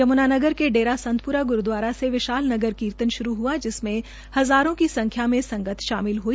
यमुनानगर के डेरा संतप्रा ग्रूद्वारा से विशाल नगर कीर्तन शुरू हुआ जिसमें हज़ारों की संख्या में संगत शामिल ह्ई